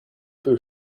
peu